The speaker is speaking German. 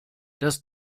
das